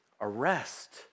arrest